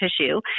tissue